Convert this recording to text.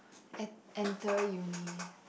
en~ enter uni